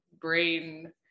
brain